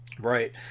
Right